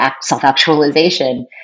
self-actualization